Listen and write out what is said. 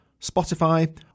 Spotify